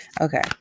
okay